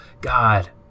God